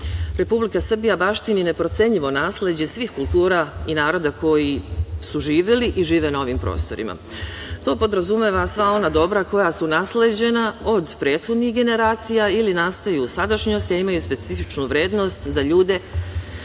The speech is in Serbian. Republika Srbija baštini neprocenjivo nasleđe svih kultura i naroda koji su živeli i žive na ovim prostorima. To podrazumeva sva ona dobra koja su nasleđena od prethodnih generacija ili nastaju u sadašnjosti, a imaju specifičnu vrednost za ljude